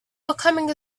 becoming